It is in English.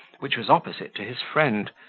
which was opposite to his friend,